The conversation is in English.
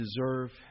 deserve